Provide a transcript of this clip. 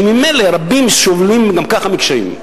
שממילא רבים מהם סובלים גם ככה מקשיים.